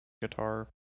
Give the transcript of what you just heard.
guitar